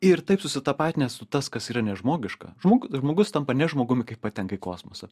ir taip susitapatinę su tas kas yra nežmogiška žmogu žmogus tampa ne žmogumi kai patenka į kosmosą